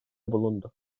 bulundu